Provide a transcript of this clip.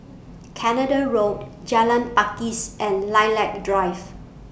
Canada Road Jalan Pakis and Lilac Drive